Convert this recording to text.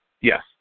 Yes